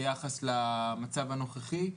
ביחס למצב הנוכחי.